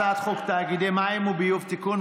הצעת חוק תאגידי מים וביוב (תיקון,